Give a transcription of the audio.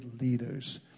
leaders